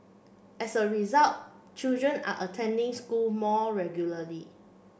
as a result children are attending school more regularly